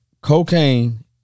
cocaine